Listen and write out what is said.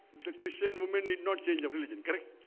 the christian woman need not change of religion, correct?